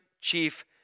chief